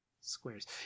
squares